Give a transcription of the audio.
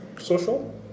Social